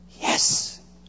Yes